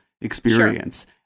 experience